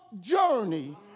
journey